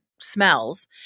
smells